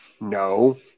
no